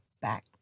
back